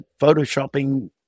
photoshopping